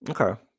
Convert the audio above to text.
Okay